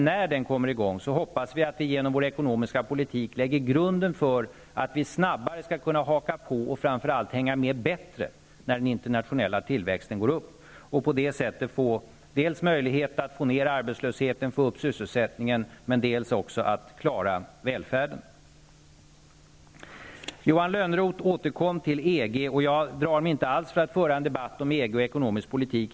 När den kommer i gång, hoppas vi att vi genom vår ekonomiska politik har lagt grunden, så att vi snabbare skall kunna haka på och framför allt hänga med när den internationella tillväxten sätter fart och på det sättet få dels möjligheter att pressa ned arbetslösheten och få upp sysselsättningen, dels också klara välfärden. Johan Lönnroth återkom till EG, och jag drar mig inte alls för att föra en debatt om EG och ekonomisk politik.